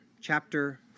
chapter